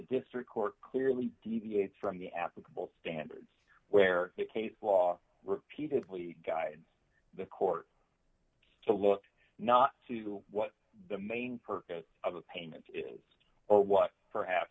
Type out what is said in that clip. district court clearly deviate from the applicable standards where the case law repeatedly guides the court to look not to what the main purpose of a payment is or what perhaps